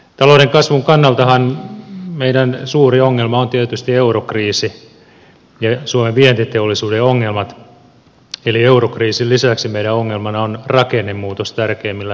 talouden kasvun kannaltahan meidän suuri ongelma on tietysti eurokriisi ja suomen vientiteollisuuden ongelmat eli eurokriisin lisäksi meidän ongelmana on rakennemuutos tärkeimmillä vientialoilla